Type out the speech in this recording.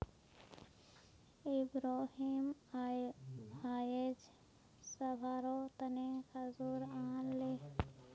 इब्राहिम अयेज सभारो तने खजूर आनले